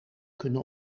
kunnen